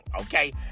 okay